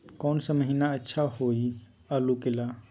कौन सा महीना अच्छा होइ आलू के ला?